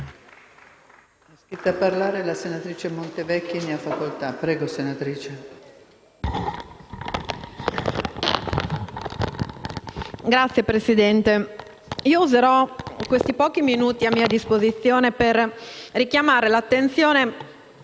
Signora Presidente, io userò i pochi minuti a mia disposizione per richiamare l'attenzione